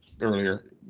earlier